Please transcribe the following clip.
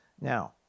Now